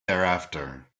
thereafter